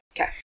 Okay